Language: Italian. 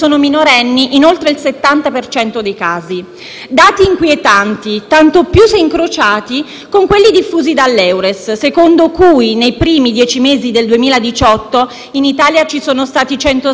dati inquietanti, tanto più se incrociati con quelli diffusi dall'Eures, secondo il quale nei primi dieci mesi del 2018 in Italia ci sono stati 106 femminicidi, uno ogni tre giorni.